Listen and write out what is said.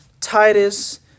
Titus